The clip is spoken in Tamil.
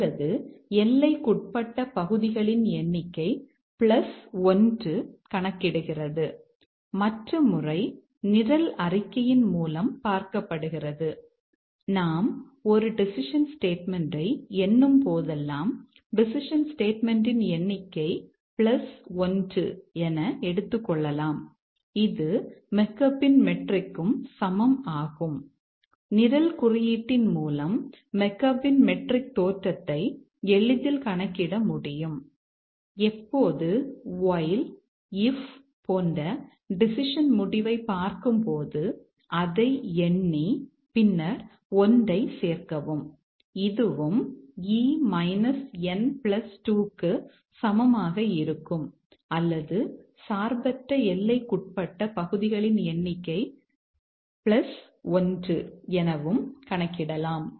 அல்லது எல்லைக்குட்பட்ட பகுதிகளின் எண்ணிக்கை 1 கணக்கிடுகிறது மற்ற முறை நிரல் அறிக்கையின் மூலம் பார்க்கப்படுகிறது நாம் ஒரு டெசிஷன் ஸ்டேட்மெண்ட்யை போன்ற டெசிஷன் முடிவை பார்க்கும்போது அதை எண்ணி பின்னர் 1 ஐச் சேர்க்கவும் அதுவும் E N2 க்கு சமமாக இருக்கும் அல்லது சார்பற்ற எல்லைக்குட்பட்ட பகுதிகளின் எண்ணிக்கை 1 எனவும் கணக்கிடலாம்